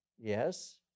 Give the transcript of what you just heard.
Yes